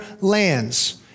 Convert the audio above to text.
lands